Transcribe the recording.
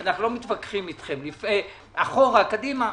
אנחנו לא מתווכחים אתכם, אחורה, קדימה.